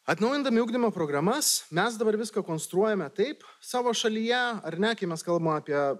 atnaujindami ugdymo programas mes dabar viską konstruojame taip savo šalyje ar ne kai mes kalbam apie